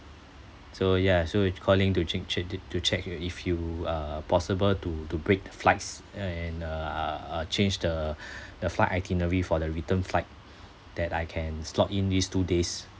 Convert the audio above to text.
so ya so it's calling to change schedule to check you if you are possible to to break the flights uh and uh uh change the the flight itinerary for the return flight that I can slot in these two days